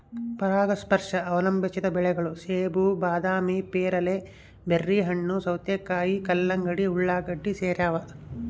ಪರಾಗಸ್ಪರ್ಶ ಅವಲಂಬಿಸಿದ ಬೆಳೆಗಳು ಸೇಬು ಬಾದಾಮಿ ಪೇರಲೆ ಬೆರ್ರಿಹಣ್ಣು ಸೌತೆಕಾಯಿ ಕಲ್ಲಂಗಡಿ ಉಳ್ಳಾಗಡ್ಡಿ ಸೇರವ